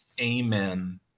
Amen